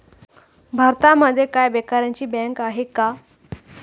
भारतामध्ये काय बेकारांची बँक आहे का?